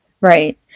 Right